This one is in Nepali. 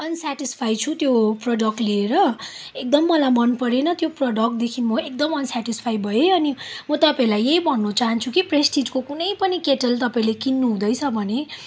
अन्सेटिस्फाइड छु त्यो प्रडक्ट लिएर एकदम मलाई मन परेन त्यो प्रोडक्टदेखि म एकदम अन्सेटिस्फाइड भएँ म तपाईँहरूलाई यही भन्नु चहान्छु कि प्रेस्टिजको कुनै पनि केटल तपाईँहरूले किन्नुहुँदैछ भने